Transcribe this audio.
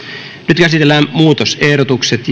nyt käsitellään muutosehdotukset